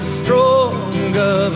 stronger